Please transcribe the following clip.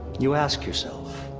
you ask yourself,